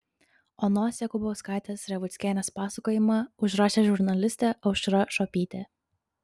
onos jakubauskaitės revuckienės pasakojimą užrašė žurnalistė aušra šuopytė